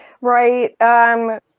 Right